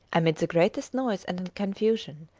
amid the greatest noise and confusion,